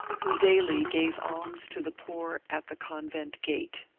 who daily gave alms to the poor at the convent gate.